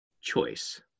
choice